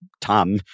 Tom